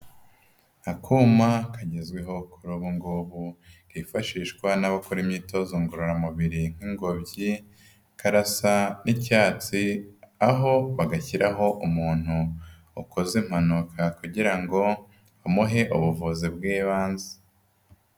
Akuma kagezweho kuri ubu ngubu, kifashishwa n'abakora imyitozo ngororamubiri nk'ingobyi, karasa n'icyatsi, aho bagashyiraho umuntu ukoze impanuka kugira ngo bamuhe ubuvuzi bw'ibanze.